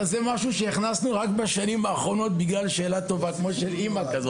אבל זו שאלה טובה, כזו שאלה של אמא,